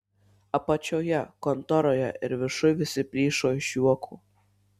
apačioje kontoroje ir viršuj visi plyšo iš juoko